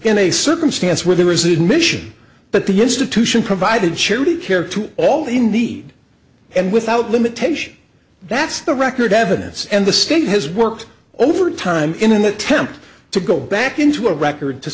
in a circumstance where there is ignition but the institution provided charity care to all the need and without limitation that's the record evidence and the state has worked over time in an attempt to go back into a record to